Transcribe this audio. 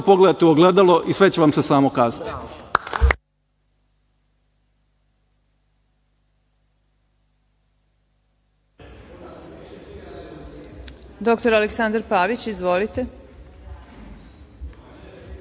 pogledate u ogledalo i sve će vam se samo kazati.